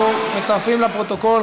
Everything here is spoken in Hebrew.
אנחנו מצרפים לפרוטוקול,